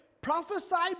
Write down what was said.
prophesied